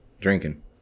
drinking